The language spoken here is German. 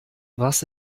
was